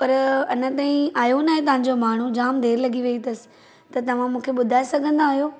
पर अञा ताईं आहियो न आहे तव्हां जो माण्हू जाम देरि लॻी वई अथसि त तव्हां मूंखे ॿुधाए सघंदा आहियो